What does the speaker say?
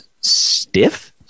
stiff